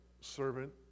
servant